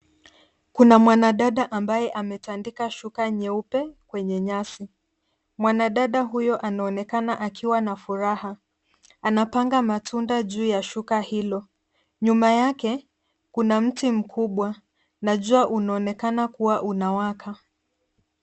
Kuna mwanadada ambaye ametandika shuka nyeupe kwenye nyasi. Mwanadada huyo anaonekana akiwa na furaha. Anapanga matunda juu ya shuka hilo. Nyuma yake kuna mti mkubwa na jua unaonekana kuwa unawaka.